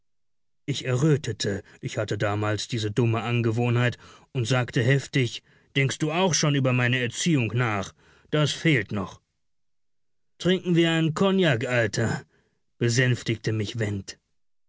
ich errötete ich hatte damals diese dumme angewohnheit und sagte heftig denkst du auch schon über meine erziehung nach das fehlt noch trinken wir einen kognak alter besänftigte mich went